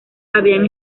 habían